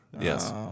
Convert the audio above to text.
Yes